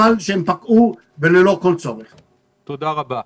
תודה רבה.